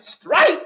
Strike